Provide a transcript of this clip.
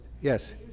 Yes